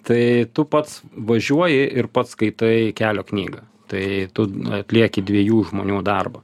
tai tu pats važiuoji ir pats skaitai kelio knygą tai tu atlieki dviejų žmonių darbą